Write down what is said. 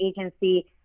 agency